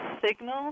signal